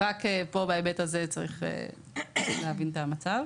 רק פה, בהיבט הזה, צריך להבין את המצב.